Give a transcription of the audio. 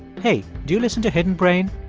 hey, do you listen to hidden brain?